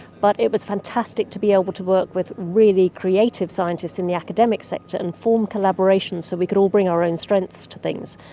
but it was fantastic to be able to work with really creative scientists in the academic sector and form collaborations so we could all bring our own strengths to things,